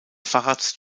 facharzt